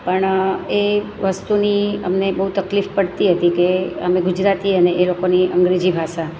પણ એ વસ્તુની અમને બહુ તકલીફ પડતી હતી કે અમે ગુજરાતી અને એ લોકોની અંગ્રેજી ભાષા